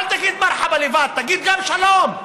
אל תגיד "מרחבא" לבד, תגיד גם "שלום".